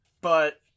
but-